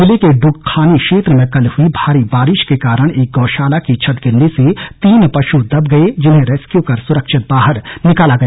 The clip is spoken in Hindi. जिले के दुगखानी क्षेत्र में कल हुई भारी बारिश के कारण एक गौशाला की छत गिरने से तीन पशु दब गए जिन्हे रैस्क्यू कर सुरक्षित बाहर निकाला गया